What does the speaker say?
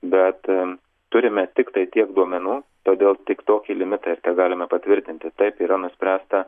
bet turime tiktai tiek duomenų todėl tik tokį limitą ir tegalime patvirtinti taip yra nuspręsta